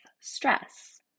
Stress